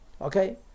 Okay